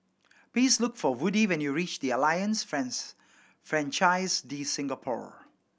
please look for Woody when you reach the Alliance France Francaise de Singapour